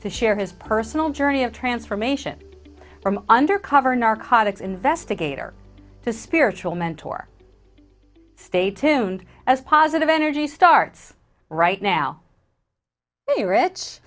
to share his personal journey of transformation from undercover narcotics investigator to spiritual mentor stay tuned as positive energy starts right now